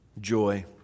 joy